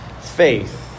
faith